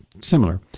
similar